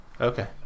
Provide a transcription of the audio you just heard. Okay